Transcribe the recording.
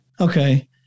Okay